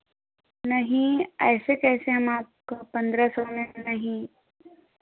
नहीं ऐसे कैसे हम आपका पन्द्रह सौ में नहीं